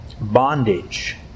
Bondage